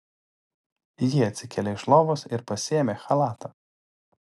ji atsikėlė iš lovos ir pasiėmė chalatą